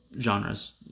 genres